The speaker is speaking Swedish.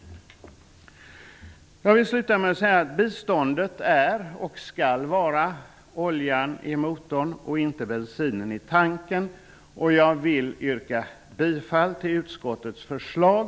Jag vill sluta med att säga att biståndet är och skall vara oljan i motorn och inte bensinen i tanken. Jag yrkar bifall till utskottets förslag.